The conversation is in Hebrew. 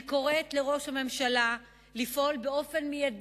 אני קוראת לראש הממשלה לפעול מייד